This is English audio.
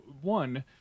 one